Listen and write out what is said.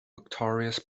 victorious